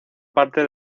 parte